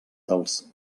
dels